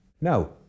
Now